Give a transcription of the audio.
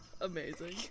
Amazing